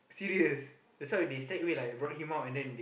serious that's why when he stack away like brought him out and then